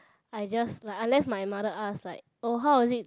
I just like unless my mother ask like oh how was it